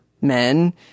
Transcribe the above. men